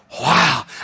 wow